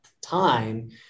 time